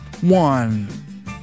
one